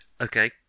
Okay